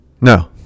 No